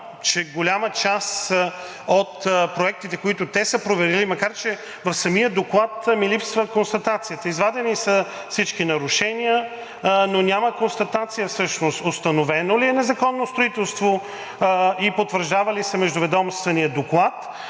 че голяма част от проектите, които те са проверили, макар че в самия доклад ми липсва констатацията – извадени са всички нарушения, но няма констатация всъщност, установено ли е незаконно строителство и потвърждава ли се Междуведомственият доклад,